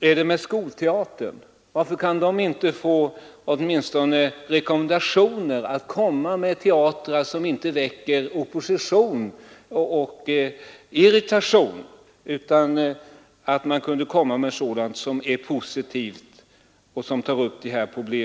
är det med skolteatern? Varför kan den inte få åtminstone rekommendationer att komma med teaterpjäser som inte väcker opposition och irritation utan som är positiva och tar upp de här frågorna?